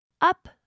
Up